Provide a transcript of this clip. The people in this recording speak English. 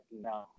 no